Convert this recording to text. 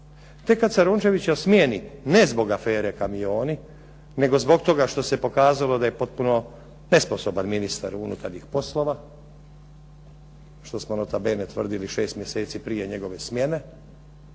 Tek kada se Rončevića smjeni, ne zbog afere "Kamioni", nego zbog toga što se pokazalo da je potpuno nesposoban ministar unutarnjih poslova, što smo nota bene tvrdili 6 mjeseci prije njegove smjene,